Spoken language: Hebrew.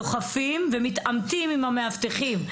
דוחפים ומתעמתים עם המאבטחים.